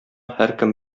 һәркем